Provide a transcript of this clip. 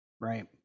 Right